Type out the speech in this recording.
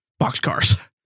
boxcars